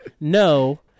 no